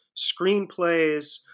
screenplays